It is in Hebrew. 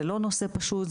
זה לא נושא פשוט,